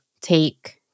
take